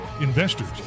investors